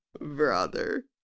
Brother